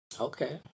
Okay